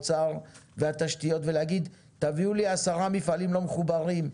משרד האוצר ומשרד התשתיות ולהגיד "תביאו לי עשרה מפעלים לא מחוברים,